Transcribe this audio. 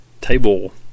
table